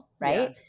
Right